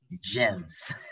gems